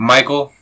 Michael